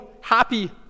happy